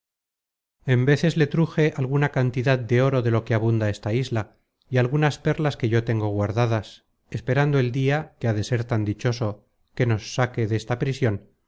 en veces le truje alguna cantidad de oro de lo que abunda esta isla y algunas perlas que yo tengo guardadas esperando el dia que ha de ser tan dichoso que nos saque desta prision